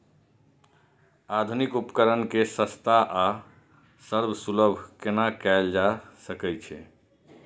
आधुनिक उपकण के सस्ता आर सर्वसुलभ केना कैयल जाए सकेछ?